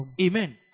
Amen